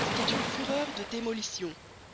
c'était une fureur de démolition